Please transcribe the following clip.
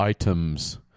items